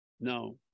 No